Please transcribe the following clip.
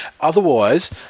otherwise